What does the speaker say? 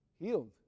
healed